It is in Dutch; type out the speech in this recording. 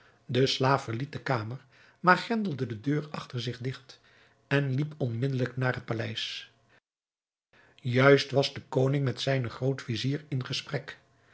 de slaaf verliet de kamer maar grendelde de deur achter zich digt en liep onmiddelijk naar het paleis juist was de koning met zijnen groot-vizier in gesprek